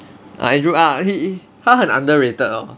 ah andrew ah he he 他很 underrated lor